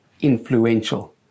influential